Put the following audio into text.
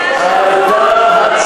הוולחו"ף עושה מה,